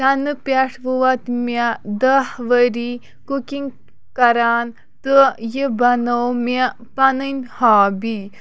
تَنہٕ پٮ۪ٹھٕ ووت مےٚ دَہ ؤری کُکِنٛگ کَران تہٕ یہِ بنٲو مےٚ پَنٕنۍ ہابی